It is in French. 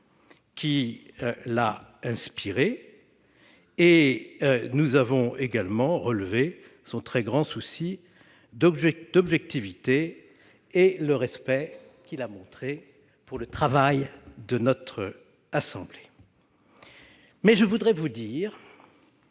qui l'a inspiré. Nous avons également relevé votre très grand souci d'objectivité et le respect que vous avez exprimé pour le travail de notre assemblée. Mais je veux vous dire